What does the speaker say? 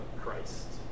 Christ